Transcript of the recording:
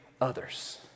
others